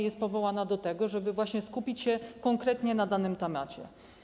Jest powołana do tego, żeby właśnie skupić się konkretnie na danym temacie.